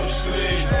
sleep